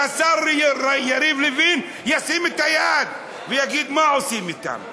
והשר יריב לוין ישים את היד ויגיד: מה עושים אתם,